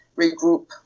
regroup